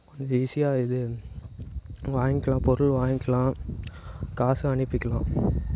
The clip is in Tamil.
கொஞ்சம் ஈஸியாக இது வாங்கிகலாம் பொருள் வாங்கிகலாம் காசும் அனுப்பிக்கலாம்